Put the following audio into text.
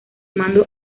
mando